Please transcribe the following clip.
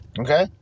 Okay